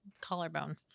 collarbone